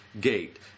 gate